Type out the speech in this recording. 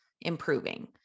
improving